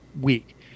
week